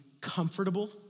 comfortable